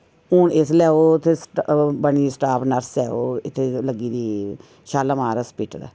हून इसलै ओह् ते स्टा बनी दी स्टाफ नर्स ऐ ओह् इत्थैं लग्गी दी शालामार हास्पिटल ऐ